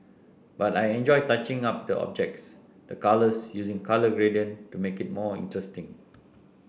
but I enjoy touching up the objects the colours using colour gradient to make it more interesting